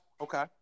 okay